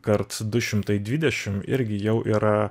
kart du šimtai dvidešim irgi jau yra